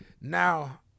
Now